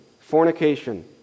fornication